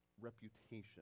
reputation